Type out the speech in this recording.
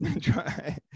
Try